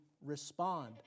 respond